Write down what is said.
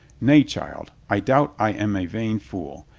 nay, child, i doubt i am a vain fool,